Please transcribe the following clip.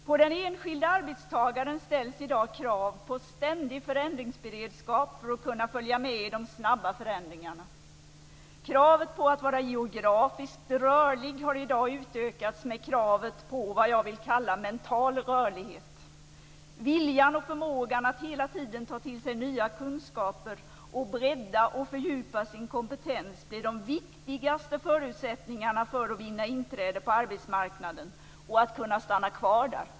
På den enskilde arbetstagaren ställs i dag krav på ständig förändringsberedskap för att kunna följa med i de snabba förändringarna. Kravet på att vara geografiskt rörlig har i dag utökats med kravet på det som jag vill kalla för mental rörlighet. Viljan och förmågan att hela tiden ta till sig nya kunskaper och bredda och fördjupa sin kompetens blir de viktigaste förutsättningarna för att vinna inträde på arbetsmarknaden och för att kunna stanna kvar där.